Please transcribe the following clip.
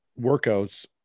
workouts